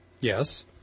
Yes